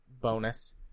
bonus